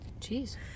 Jeez